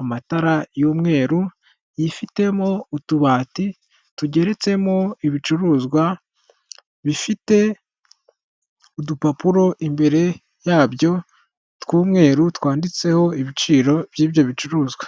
amatara y'umweru yifitemo utubati tugeretsemo ibicuruzwa bifite udupapuro imbere yabyo tw'umweru twanditseho ibiciro by'ibyo bicuruzwa.